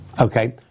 Okay